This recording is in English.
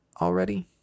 already